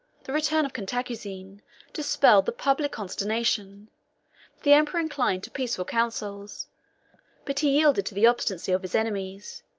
the return of cantacuzene dispelled the public consternation the emperor inclined to peaceful counsels but he yielded to the obstinacy of his enemies,